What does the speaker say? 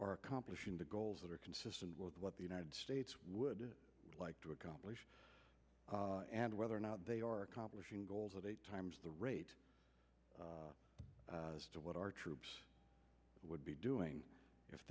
are accomplishing the goals that are consistent with what the united states would like to accomplish and whether or not they are accomplishing goals at eight times the rate as to what our troops would be doing if